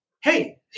hey –